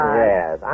Yes